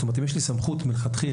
אם יש לי סמכות מלכתחילה,